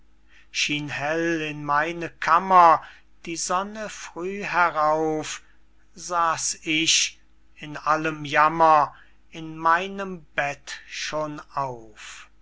hell in meine kammer die sonne früh herauf saß ich in allem jammer in meinem bett schon auf